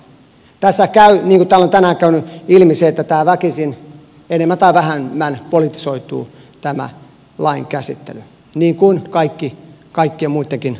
tässä käy niin niin kuin täällä on tänään käynyt ilmi että tämä lain käsittely väkisin enemmän tai vähemmän politisoituu niin kuin kaikkien muittenkin lakien käsittely